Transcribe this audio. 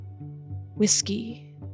whiskey